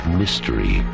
mystery